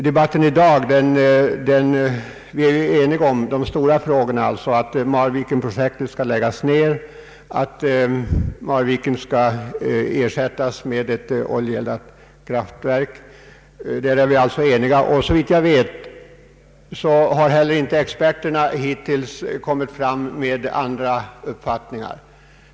Debatten i dag visar att vi är eniga i huvudfrågan, nämligen att Marvikenprojektet skall läggas ned och att Marviken skall ersättas med ett oljeeldat kraftverk. Såvitt jag vet har inte heller experterna hittills kommit till annan uppfattning.